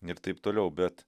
ir taip toliau bet